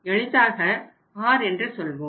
எளிதாக r என்று சொல்வோம்